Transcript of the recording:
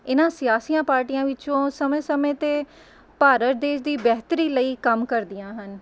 ਇਹਨਾਂ ਸਿਆਸੀਆਂ ਪਾਰਟੀਆਂ ਵਿੱਚੋਂ ਸਮੇਂ ਸਮੇਂ 'ਤੇ ਭਾਰਤ ਦੇਸ਼ ਦੀ ਬੇਹਤਰੀ ਲਈ ਕੰਮ ਕਰਦੀਆਂ ਹਨ